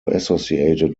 associated